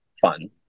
fun